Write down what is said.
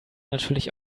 natürlich